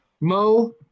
Mo